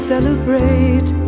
celebrate